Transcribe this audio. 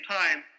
time